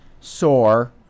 sore